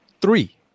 Three